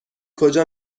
کجا